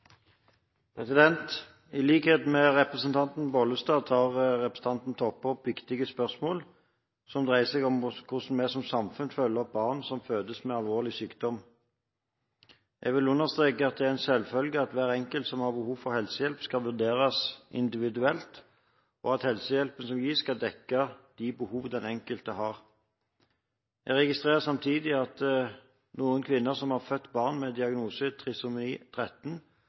I likhet med representanten Bollestad tar representanten Toppe opp viktige spørsmål som dreier seg om hvordan vi som samfunn følger opp barn som fødes med alvorlig sykdom. Jeg vil understreke at det er en selvfølge at hver enkelt som har behov for helsehjelp, skal vurderes individuelt, og at helsehjelpen som gis, skal dekke de behov den enkelte har. Jeg registrerer samtidig at noen kvinner som har født barn med diagnose trisomi 13